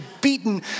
beaten